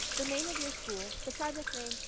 the name of your school, the project's name,